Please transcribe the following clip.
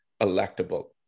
electable